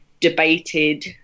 debated